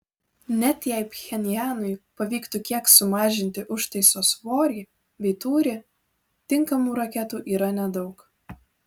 net jei pchenjanui pavyktų kiek sumažinti užtaiso svorį bei tūrį tinkamų raketų yra nedaug